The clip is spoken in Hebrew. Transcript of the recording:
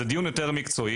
זה דיון יותר מקצועי.